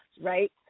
right